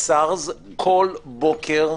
אני מבקש ממשרדי